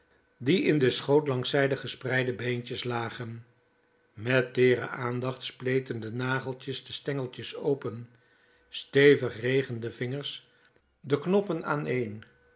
die in den schoot langszij de gespreide beentjes lagen met teere aandacht spleten de nageltjes de stengels open stevig regen de vingers de koppen aaneen